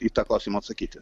į tą klausimą atsakyti